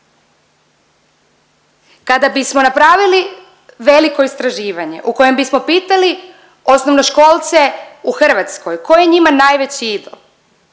Kada bismo napravili veliko istraživanje u kojem bismo pitali osnovnoškolce u Hrvatskoj ko je njima najveći idol,